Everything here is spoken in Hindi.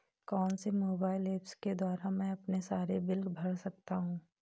कौनसे मोबाइल ऐप्स के द्वारा मैं अपने सारे बिल भर सकता हूं?